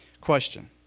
Question